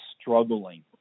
struggling